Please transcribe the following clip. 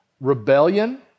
rebellion